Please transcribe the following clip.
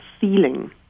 feeling